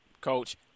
Coach